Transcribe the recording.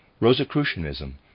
Rosicrucianism